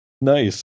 Nice